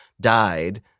died